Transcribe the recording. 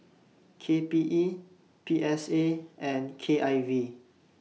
K P E P S A and K I V